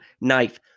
knife